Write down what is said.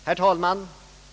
Herr talman!